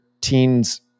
teens